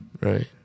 Right